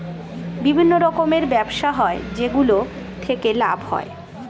বিভিন্ন রকমের ব্যবসা হয় যেগুলো থেকে লাভ হয়